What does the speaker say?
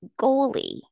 goalie